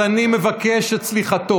אז אני מבקש את סליחתו,